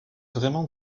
vraiment